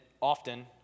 often